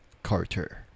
Carter